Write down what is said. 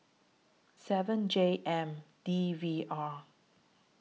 seven J M D V R